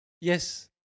Yes